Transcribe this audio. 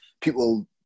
people